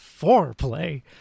foreplay